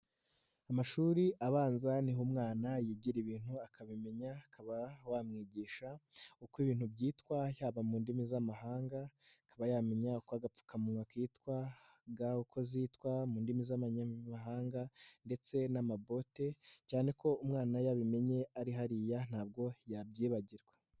Amashuri abanza niho umwana yigira ibintu akabimenya, ukaba wamwigisha uko ibintu byitwa yaba mu ndimi z'amahanga, akaba yamenya uko agapfukamunwa kitwa, uko ga zitwa mu ndimi z'amahanga ndetse n'amabote, cyane ko umwana yabimenye ari hariya ntabwo yabyibagirwa.